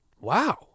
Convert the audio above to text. Wow